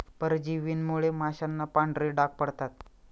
परजीवींमुळे माशांना पांढरे डाग पडतात